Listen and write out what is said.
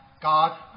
God